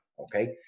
Okay